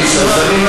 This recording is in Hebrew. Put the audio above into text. מסובך.